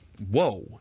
whoa